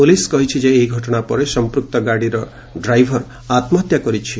police କହିଛି ଯେ ଏହି ଘଟଣା ପରେ ସଂପୃକ୍ତ ଗାଡ଼ିର ଡ୍ରାଇଭର ଆତ୍ମହତ୍ୟା କରିଛି